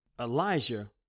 Elijah